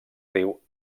riu